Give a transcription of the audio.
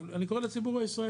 אגב, אני קורא לציבור הישראלי.